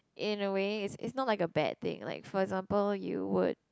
in a way it's it's not like a bad thing for example you would